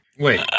Wait